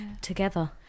together